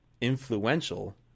influential